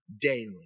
daily